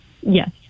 Yes